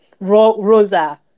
Rosa